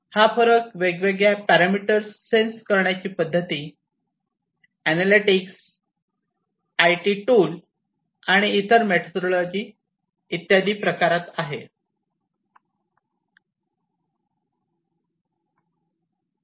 हा फरक वेगवेगळे पॅरामीटर्स सेंन्स करण्याच्या पद्धती एनलेटिक्स आय टी टूल आणि तसेच मेथोडोलॉजी इत्यादी प्रकारात आहे